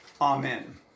Amen